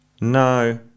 No